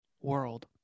world